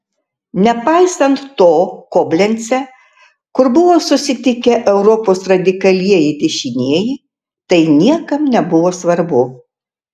nepaisant to koblence kur buvo susitikę europos radikalieji dešinieji tai niekam nebuvo svarbu